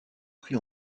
prix